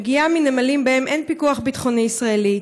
מגיעה מנמלים שבהם אין פיקוח ביטחוני ישראלי,